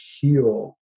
heal